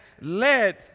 led